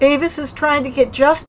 davis is trying to get just